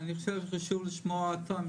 אפשר לשמוע על מה